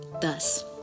Thus